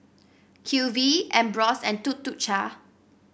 Q V Ambros and Tuk Tuk Cha